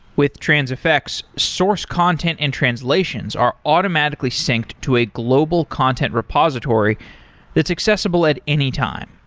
with transifex, source content and translations are automatically synced to a global content repository that's accessible at any time.